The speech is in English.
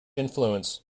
influence